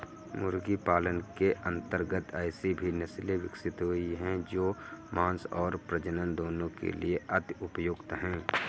मुर्गी पालन के अंतर्गत ऐसी भी नसले विकसित हुई हैं जो मांस और प्रजनन दोनों के लिए अति उपयुक्त हैं